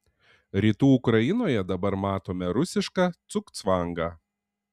rytų ukrainoje dabar matome rusišką cugcvangą